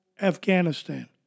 Afghanistan